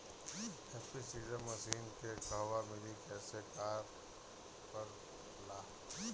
Happy seeder machine के कहवा मिली कैसे कार कर ला?